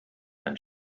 and